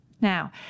Now